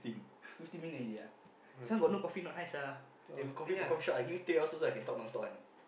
fifteen minute already ah this one got no coffee not nice ah if got coffee confirm shiok ah if give me three hours also I can talk non stop one